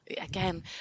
again